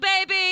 baby